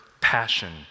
passion